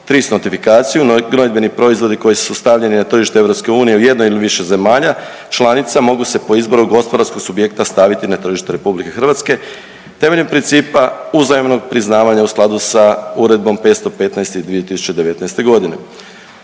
notifikaciju gnojidbeni proizvodi koji su stavljeni na tržište EU u jednoj ili više zemalja članica mogu se po izboru gospodarskog subjekta staviti na tržište RH temeljem principa uzajamnog priznavanja u skladu sa Uredbom 515 iz 2019. godine